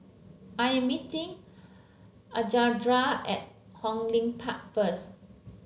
I am meeting Alejandra at Hong Lim Park first